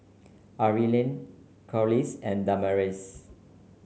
Arlyn Corliss and Damaris